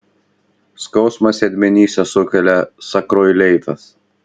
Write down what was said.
skausmą sėdmenyse sukelia sakroileitas